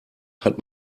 hat